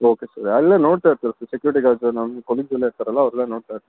okay sir ಎಲ್ಲ ನೋಡ್ತಾ ಇರ್ತಾರೆ ಸರ್ ಸೆಕ್ಯುರಿಟಿ ಗಾರ್ಡ್ಸ್ ನಮ್ಮ ಕೊಲೀಗ್ಸ್ ಎಲ್ಲ ಇರ್ತಾರಲ್ಲ ಅವರೆಲ್ಲ ನೋಡ್ತಾ ಇರ್ತಾರೆ